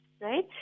right